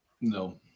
No